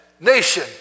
nation